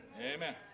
Amen